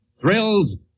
Thrills